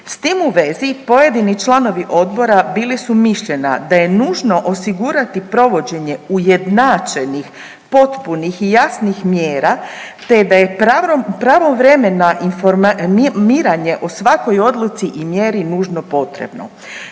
S tim u vezi pojedini članovi odbora bili su mišljenja da je nužno osigurati provođenje ujednačenih, potpunih i jasnih mjera, te da je pravovremeno informiranje o svakoj odluci i mjeri nužno potrebno,